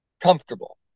comfortable